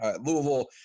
Louisville